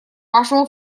вашему